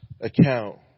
account